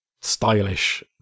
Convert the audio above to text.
stylish